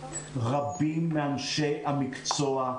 רבים מאנשי המקצוע,